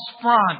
front